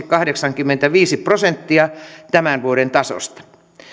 kahdeksankymmentäviisi prosenttia tämän vuoden tasosta